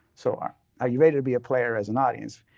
so are ah you ready to be a player as an audience?